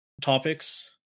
topics